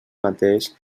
mateix